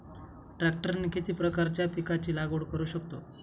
ट्रॅक्टरने किती प्रकारच्या पिकाची लागवड करु शकतो?